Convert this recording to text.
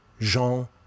Jean